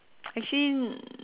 actually